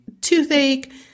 toothache